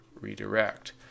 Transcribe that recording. redirect